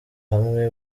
hamwe